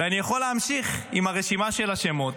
ואני יכול להמשיך עם הרשימה של השמות,